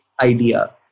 idea